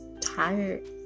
tired